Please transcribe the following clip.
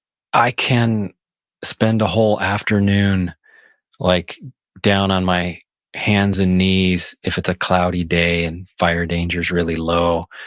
i can spend a whole afternoon like down on my hands and knees if it's a cloudy day and fire danger is really low,